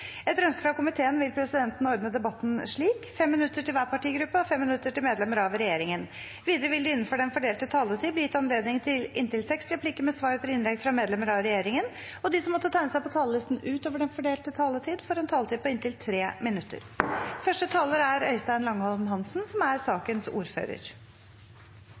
Etter ønske fra transport- og kommunikasjonskomiteen vil presidenten ordne debatten slik: 5 minutter til hver partigruppe og 5 minutter til medlemmer av regjeringen. Videre vil det – innenfor den fordelte taletid – bli gitt anledning til replikkordskifte på inntil seks replikker med svar etter innlegg fra medlemmer av regjeringen, og de som måtte tegne seg på talerlisten utover den fordelte taletid, får en taletid på inntil 3 minutter. Utfordringene som